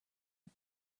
are